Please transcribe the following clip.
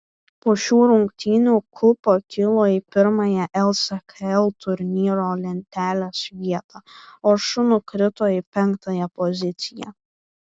po šių rungtynių ku pakilo į pirmąją lskl turnyro lentelės vietą o šu nukrito į penktąją poziciją